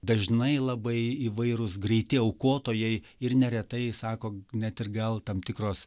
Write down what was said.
dažnai labai įvairūs greiti aukotojai ir neretai sako net ir gal tam tikros